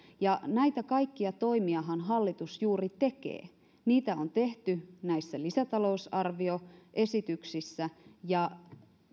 ja näitä kaikkia toimiahan hallitus juuri tekee niitä on tehty näissä lisätalousarvioesityksissä ja